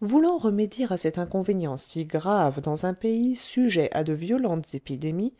voulant remédier à cet inconvénient si grave dans un pays sujet à de violentes épidémies